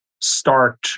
start